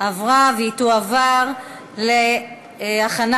התקשורת (בזק ושידורים) (תיקון,